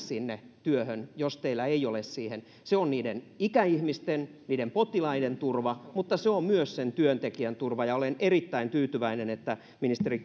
työhön jos teillä ei ole siihen se on niiden ikäihmisten niiden potilaiden turva mutta se on myös sen työntekijän turva ja olen erittäin tyytyväinen että ministeri